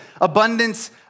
abundance